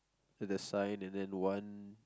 the sign and then one